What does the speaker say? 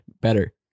better